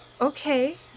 okay